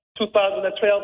2012